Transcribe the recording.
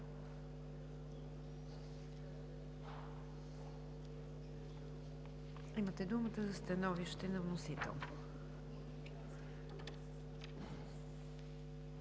имате думата за становище на вносител.